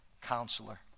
counselor